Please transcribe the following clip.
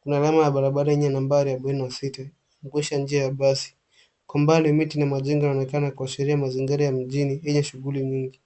Kuna alama ya barabara yenye nambari arobaini na sita, kuonyesha njia ya basi. Kwa mbali, miti na majengo yanaonekana kuashiria mazingira ya mjini yenye shughuli nyingi.